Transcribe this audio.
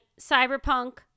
Cyberpunk